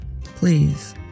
please